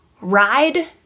ride